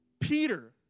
Peter